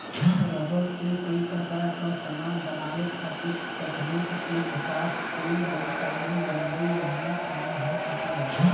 rubber से कई प्रकार क समान बनावे खातिर तकनीक के विकास कईल गइल ताकि जल्दी एमे काम हो सके